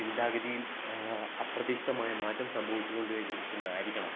ചിന്താഗതിയിൽ അപ്രതീക്ഷിതമായ മാറ്റം സംഭവിച്ചുകൊണ്ടിരിക്കുന്നതായിരിക്കണം